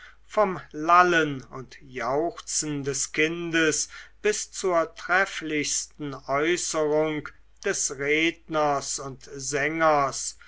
vom lallen und jauchzen des kindes bis zur trefflichsten äußerung des redners und sängers